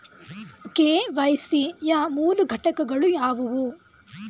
KYC ಯ ಮೂರು ಘಟಕಗಳು ಯಾವುವು?